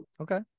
okay